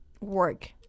work